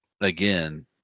again